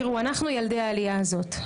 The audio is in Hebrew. תראו, אנחנו ילדי העלייה הזאת.